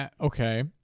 Okay